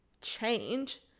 change